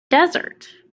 desert